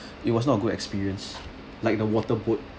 it was not a good experience like the water boat